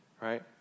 right